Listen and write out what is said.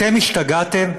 אתם השתגעתם?